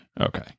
Okay